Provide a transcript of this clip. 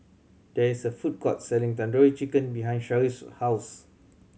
there is a food court selling Tandoori Chicken behind Sharif's house